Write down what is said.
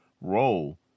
role